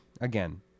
again